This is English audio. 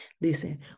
Listen